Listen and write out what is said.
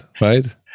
right